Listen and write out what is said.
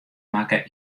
makke